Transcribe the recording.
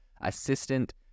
assistant